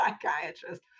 psychiatrist